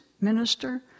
minister